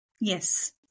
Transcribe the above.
Yes